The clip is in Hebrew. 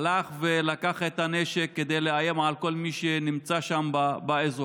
הלך ולקח את הנשק כדי לאיים על כל מי שנמצא שם באזור.